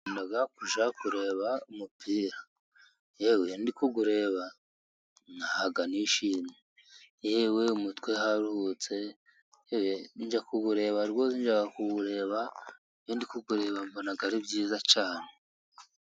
Nkunda kujya kureba umupira. Yewe iyo ndikuwureba ntaha nishimye. Yewe mu mutwe haruhutse. Njya kuwureba rwose, njya kuwureba, iyo ndi kuwureba mbona ari byiza cyane.